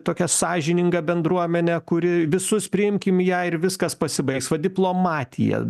tokią sąžiningą bendruomenę kuri visus priimkim ją ir viskas pasibaigs va diplomatija